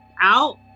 out